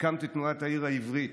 הקמת את תנועת העיר העברית,